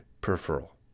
peripheral